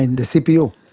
and the cpu.